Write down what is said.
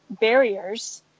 barriers